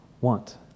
want